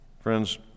Friends